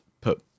put